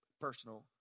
personal